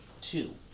two